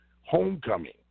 homecoming